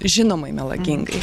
žinomai melagingai